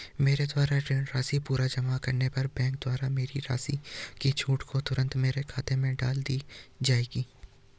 मेरे द्वारा ऋण राशि पूरी जमा करने पर बैंक द्वारा मेरी राशि की छूट को तुरन्त मेरे खाते में डाल दी जायेगी?